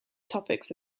topics